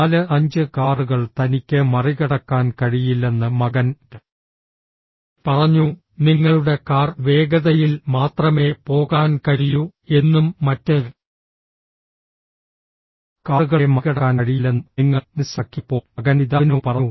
നാല് അഞ്ച് കാറുകൾ തനിക്ക് മറികടക്കാൻ കഴിയില്ലെന്ന് മകൻ പറഞ്ഞു നിങ്ങളുടെ കാർ വേഗതയിൽ മാത്രമേ പോകാൻ കഴിയൂ എന്നും മറ്റ് കാറുകളെ മറികടക്കാൻ കഴിയില്ലെന്നും നിങ്ങൾ മനസ്സിലാക്കിയപ്പോൾ മകൻ പിതാവിനോട് പറഞ്ഞു